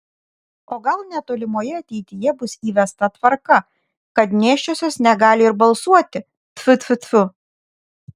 o gal netolimoje ateityje bus įvesta tvarka kad nėščiosios negali ir balsuoti tfu tfu tfu